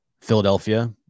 Philadelphia